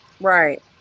Right